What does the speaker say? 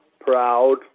proud